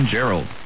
Gerald